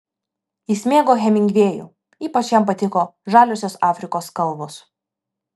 jis mėgo hemingvėjų ypač jam patiko žaliosios afrikos kalvos